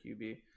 QB